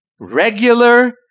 regular